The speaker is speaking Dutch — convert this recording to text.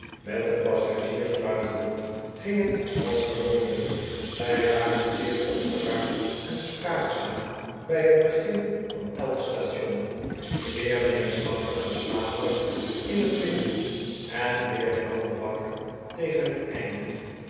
met de passagiers buitenop ging het als gewoonlijk zij waren zeer opgeruimd en spraakzaam bij het begin van elk station zeer neerslachtig en slaperig in het midden en weer helder wakker tegen het einde